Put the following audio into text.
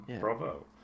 bravo